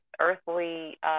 earthly